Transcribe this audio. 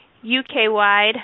UK-wide